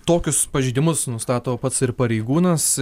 tokius pažeidimus nustato pats ir pareigūnas